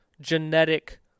genetic